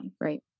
Right